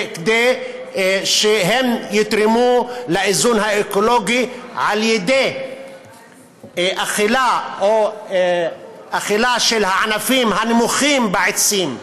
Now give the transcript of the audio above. כדי שהן יתרמו לאיזון האקולוגי על ידי אכילה של הענפים הנמוכים בעצים,